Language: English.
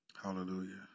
Hallelujah